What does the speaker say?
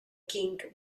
kink